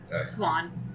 Swan